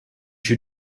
you